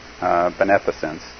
beneficence